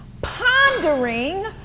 Pondering